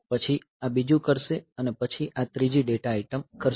પછી આ બીજું કરશે અને પછી આ ત્રીજી ડેટા આઇટમ કરશે